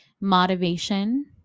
motivation